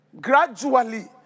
gradually